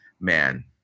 man